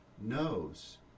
knows